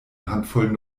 handvoll